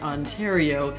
Ontario